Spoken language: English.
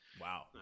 Wow